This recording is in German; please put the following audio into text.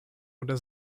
oder